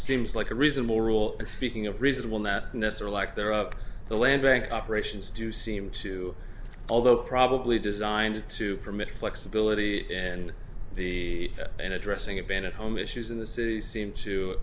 seems like a reasonable rule and speaking of reasonable madness or lack thereof the land bank operations do seem to although probably designed to permit flexibility and the in addressing a ban at home issues in the city seems to